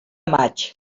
maig